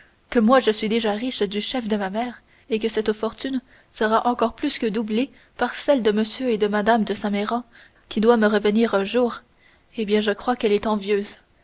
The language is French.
que moi je suis déjà riche du chef de ma mère et que cette fortune sera encore plus que doublée par celle de m et de mme de saint méran qui doit me revenir un jour eh bien je crois qu'elle est envieuse